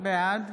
בעד